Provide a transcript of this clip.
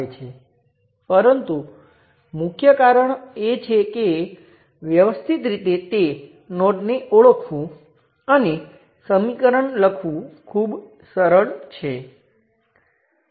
તેથી જો તમે જાઓ અને સર્કિટમાંનાં દરેક સ્વતંત્ર સ્ત્રોતને ધન અથવા ઋણ રેઝિસ્ટર સાથે બદલો તો તે કેટલીક અન્ય પરિસ્થિતિઓને કારણે કામ કરશે નહીં આપણે અહીં તેમાં જઈશું નહીં